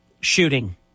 shooting